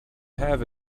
have